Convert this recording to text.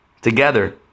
together